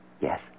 Yes